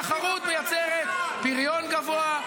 תחרות מייצרת פריון גבוה,